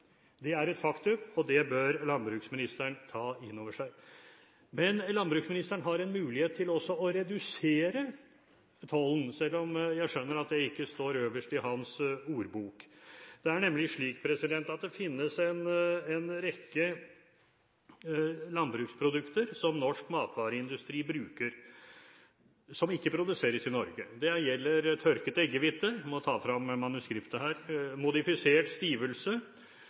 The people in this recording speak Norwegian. Det er et faktum, og det bør landbruksministeren ta inn over seg. Landbruksministeren har en mulighet til også å redusere tollen, selv om jeg skjønner at det ikke står øverst i hans ordbok. Det er nemlig slik at det finnes en rekke landbruksprodukter som norsk matvareindustri bruker, som ikke produseres i Norge. Det gjelder tørket eggehvite – jeg må ta frem manuskriptet – modifisert stivelse